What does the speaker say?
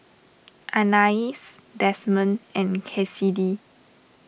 Anais Desmond and Cassidy